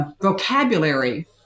vocabulary